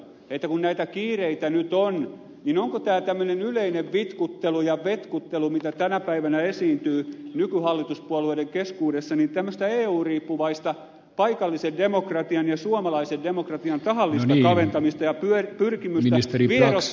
kun näitä kiireitä nyt on niin onko tämä tämmöinen yleinen vitkuttelu ja vetkuttelu mitä tänä päivänä esiintyy nykyhallituspuolueiden keskuudessa tämmöistä eu riippuvaista paikallisen demokratian ja suomalaisen demokratian tahallista kaventamista ja pyrkimystä vierottaa ihmiset demokratiasta